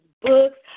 books